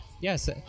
Yes